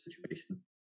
situation